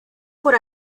por